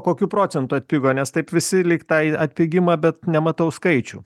kokiu procentu atpigo nes taip visi lyg tą atpigimą bet nematau skaičių